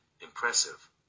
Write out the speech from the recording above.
impressive